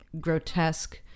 grotesque